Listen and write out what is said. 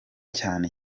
cyane